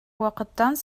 вакыттан